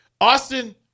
Austin